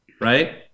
right